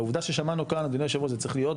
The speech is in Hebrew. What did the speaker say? והעובדה ששמענו כאן אדוני היושב ראש זה צריך להיות